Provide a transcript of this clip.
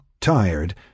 tired